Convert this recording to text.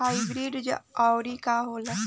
Hybrid चाउर का होला?